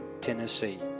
Tennessee